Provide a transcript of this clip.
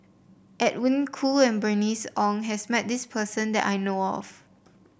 Edwin Koo and Bernice Ong has met this person that I know of